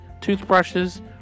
Toothbrushes